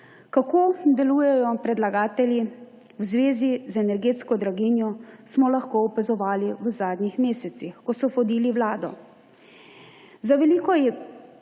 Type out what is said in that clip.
Kako delujejo predlagatelji v zvezi z energetsko draginjo, smo lahko opazovali v zadnjih mesecih, ko so vodili Vlado.